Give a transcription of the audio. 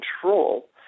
control